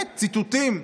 הציטוטים,